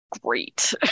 great